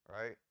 right